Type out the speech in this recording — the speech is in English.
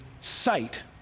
sight